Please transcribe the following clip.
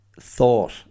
thought